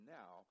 now